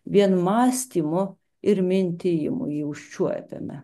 vien mąstymu ir mintijimu jį užčiuopiame